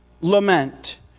Lament